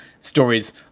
stories